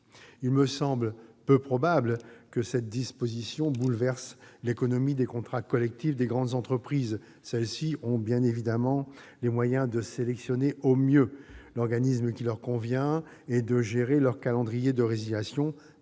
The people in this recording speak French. Il me semble peu probable que cette disposition bouleverse l'économie des contrats collectifs des grandes entreprises. Celles-ci ont évidemment les moyens de sélectionner au mieux l'organisme qui leur convient et de gérer leur calendrier de résiliation,